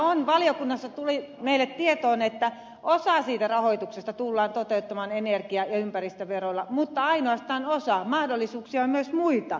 meille valiokunnassa tuli tietoon että osa siitä rahoituksesta tullaan toteuttamaan energia ja ympäristöveroilla mutta ainoastaan osa mahdollisuuksia on myös muita